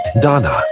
Donna